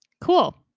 cool